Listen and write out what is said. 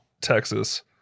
Texas